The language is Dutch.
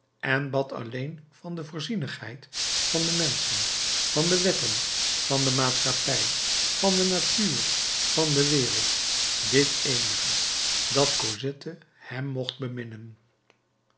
en bad alleen van de voorzienigheid van de menschen van de wetten van de maatschappij van de natuur van de wereld dit eenige dat cosette hem mocht